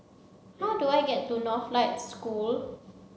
how do I get to School